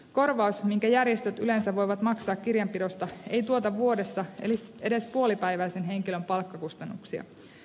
korvaus minkä järjestöt yhteensä voivat maksaa kirjanpidosta ei tuota vuodessa edes puolipäiväisen henkilön palkkakustannuksia